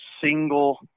single